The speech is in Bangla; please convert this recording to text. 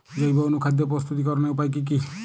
জৈব অনুখাদ্য প্রস্তুতিকরনের উপায় কী কী?